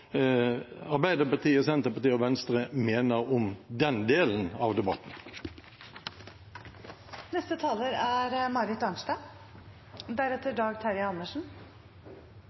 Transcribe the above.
Arbeiderpartiet, Senterpartiet og SV mener om den delen av debatten. Dette er